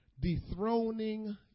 Dethroning